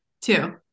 two